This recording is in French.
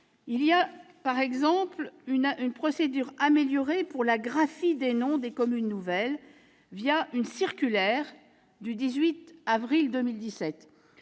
communes nouvelles. La procédure améliorée pour la graphie des noms des communes nouvelles, une circulaire du 18 avril 2017.